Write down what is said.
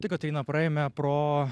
tik kotryna praėjome pro